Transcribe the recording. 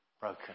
broken